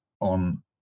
on